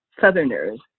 Southerners